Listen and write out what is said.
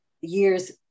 years